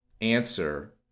answer